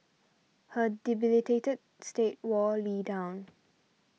her debilitated state wore Lee down